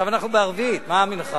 עכשיו אנחנו בערבית, מה מנחה?